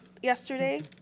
yesterday